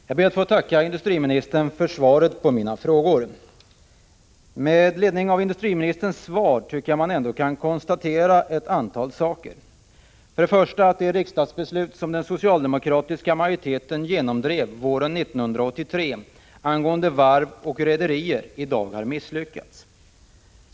Herr talman! Jag ber att få tacka industriministern för svaret på de frågor som jag har ställt i interpellationen. Med ledning av industriministerns svar tycker jag mig ändå kunna konstatera ett antal saker. Först och främst vill jag då framhålla att det riksdagsbeslut som den socialdemokratiska majoriteten genomdrev våren 1983 angående varv och rederier har lett till att man i dag har misslyckats.